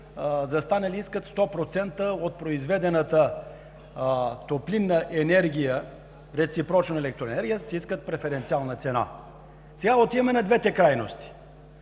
те искат за 100% от произведената топлинна енергия, реципрочно електроенергия, преференциална цена. Отиваме на двете крайности.